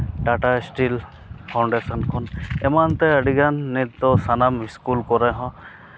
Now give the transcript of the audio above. Tata steel foundation ᱠᱷᱚᱱ ᱮᱢᱟᱱ ᱛᱮ ᱟᱹᱰᱤᱜᱟᱱ ᱱᱤᱛ ᱫᱚ ᱥᱟᱢᱟᱱ ᱥᱠᱩᱞ ᱠᱚᱨᱮ ᱦᱚᱸ